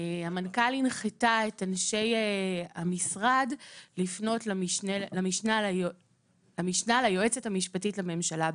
המנכ"ל הנחתה את אנשי המשרד לפנות בנושא למשנה ליועצת המשפטית לממשלה,